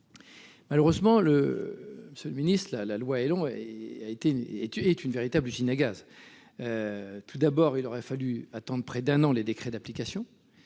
Malheureusement, monsieur le ministre, la loi ÉLAN est une véritable usine à gaz ! Tout d'abord, il aura fallu attendre plus d'un an les décrets d'application.